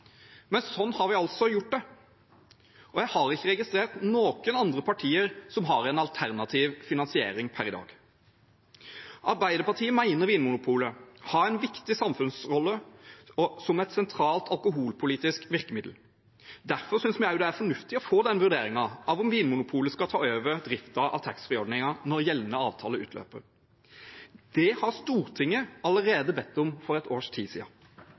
Men slik har vi gjort det, og jeg har ikke registrert noen andre partier som per i dag har en alternativ finansiering. Arbeiderpartiet mener Vinmonopolet har en viktig samfunnsrolle som et sentralt alkoholpolitisk virkemiddel. Derfor synes vi det er fornuftig å få den vurderingen av om Vinmonopolet skal ta over driften av taxfree-ordningen når gjeldende avtale utløper. Det har Stortinget allerede bedt om – for et års tid